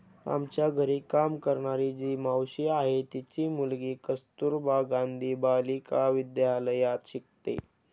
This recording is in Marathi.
आमच्या घरी काम करणारी जी मावशी आहे, तिची मुलगी कस्तुरबा गांधी बालिका विद्यालयात शिकते